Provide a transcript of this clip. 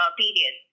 period